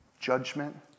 judgment